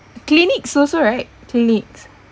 clinics also right clinics